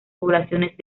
poblaciones